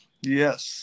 Yes